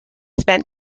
spent